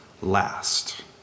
last